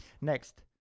next